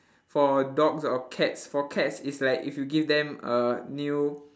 for dogs or cats for cats is like if you give them a new